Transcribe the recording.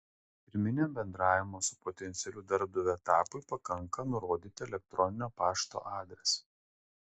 pirminiam bendravimo su potencialiu darbdaviu etapui pakanka nurodyti elektroninio pašto adresą